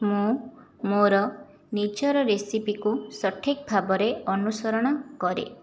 ମୁଁ ମୋର ନିଜର ରେସିପିକୁ ସଠିକ୍ ଭାବରେ ଅନୁସରଣ କରେ